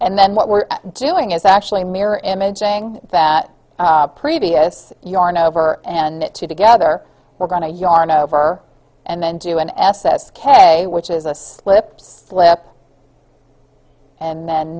and then what we're doing is actually a mirror imaging that previous yarn over and two together we're going to yarn over and then do an s s k which is a slip slip and then